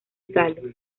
galo